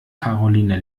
karoline